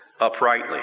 uprightly